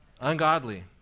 Ungodly